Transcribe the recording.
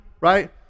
right